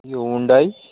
यो ह्युन्डाई